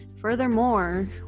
furthermore